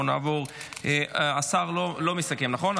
השר לא מסכם, נכון?